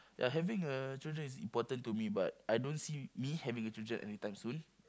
ya having a children is important to me but I don't see me having a children anytime soon